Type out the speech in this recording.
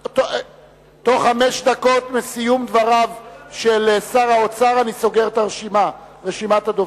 תוך חמש דקות מסיום דבריו של שר האוצר אני סוגר את רשימת הדוברים.